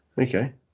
Okay